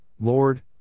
Lord